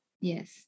Yes